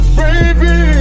baby